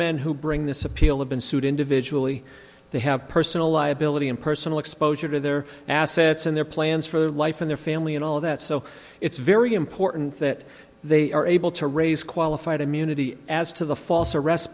men who bring this appeal have been sued individually they have personal liability and personal exposure to their assets and their plans for life in their family and all of that so it's very important that they are able to raise qualified immunity as to the false arrest